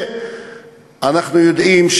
ואנחנו יודעים,